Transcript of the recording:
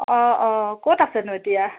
অঁ অঁ ক'ত আছেনো এতিয়া